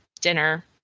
dinner